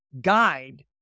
guide